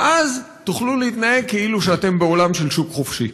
ואז תוכלו להתנהג כאילו אתם בעולם של שוק חופשי.